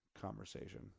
conversation